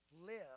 live